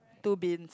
two bins